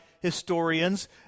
historians